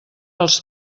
als